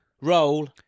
Roll